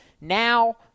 Now